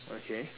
okay